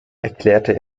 erklärte